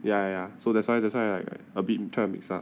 ya ya so that's why that's why I like a bit try to mix ah